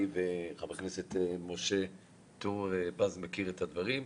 וחבר הכנסת משה טור פז מכיר את הדברים,